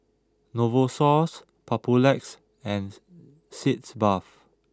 Novosource Papulex and Sitz bath